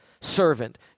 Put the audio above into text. servant